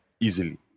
Easily